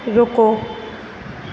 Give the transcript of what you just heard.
रुको